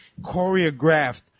choreographed